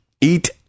eat